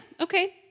okay